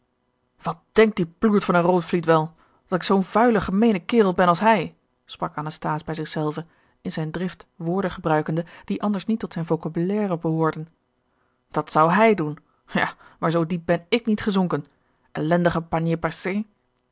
wat denkt die ploert van een rootvliet wel dat ik zoo'n vuile gemeene kerel ben als hij sprak anasthase bij zich zelven in zijn drift woorden gebruikende die anders niet tot zijn vocabulaire behoorden dat zou hij doen ja maar zoo diep ben ik niet gezonken ellendige panier percé